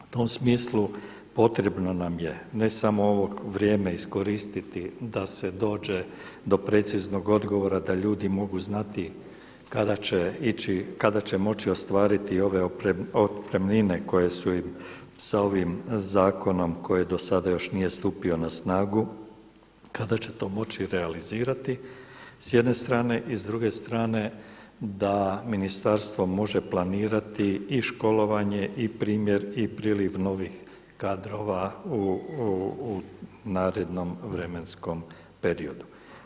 U tom smislu potrebno nam je ne samo ovo vrijeme iskoristiti da se dođe do preciznog odgovora da ljudi mogu znati kada će ići, kada će moći ostvariti ove otpremnine koje su im sa ovim zakonom koji dosada još nije stupio na snagu, kada će to moći realizirati s jedne strane i s druge strane da ministarstvo može planirati i školovanje i primjer i priliv novih kadrova u narednom vremenskom periodu.